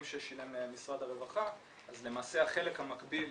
ששילם משרד הרווחה אז למעשה החלק המקביל